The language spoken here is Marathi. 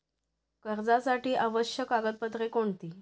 कर्जासाठी आवश्यक कागदपत्रे कोणती?